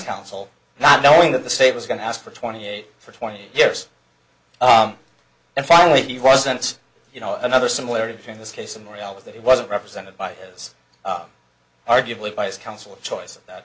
counsel not knowing that the state was going to ask for twenty eight for twenty years and finally he wasn't you know another similarity between this case and the reality that it wasn't represented by his arguably by his counsel a choice that